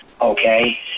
okay